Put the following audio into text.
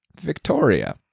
Victoria